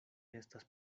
estas